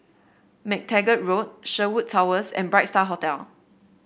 MacTaggart Road Sherwood Towers and Bright Star Hotel